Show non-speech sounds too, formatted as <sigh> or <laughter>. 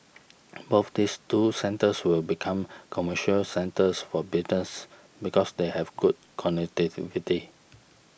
<noise> both these two centres will become commercial centres for business because they have good connectivity